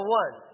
one